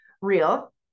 real